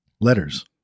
letters